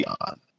on